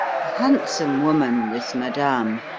handsome woman, this madame,